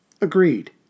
agreed